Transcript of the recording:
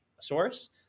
source